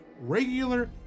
regular